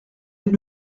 elle